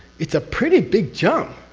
it's a pretty big jump.